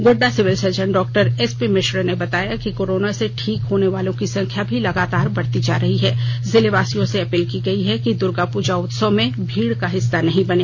Godda civil surgeon Dr S P Mishra ने बताया कि कोरोना से ठीक होने वालों की संख्या भी लगातार बढ़ती जा रही है जिले वासियों से अपील की गई है कि दुर्गा पूजा उत्सव में भीड़ का हिस्सा नहीं बने